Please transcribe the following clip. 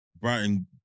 Brighton